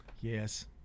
yes